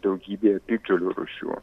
daugybėje piktžolių rūšių